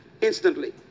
instantly